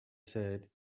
said